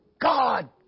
God